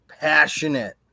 passionate